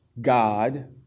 God